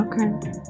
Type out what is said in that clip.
Okay